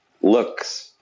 looks